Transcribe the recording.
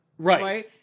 Right